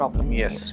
Yes